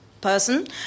person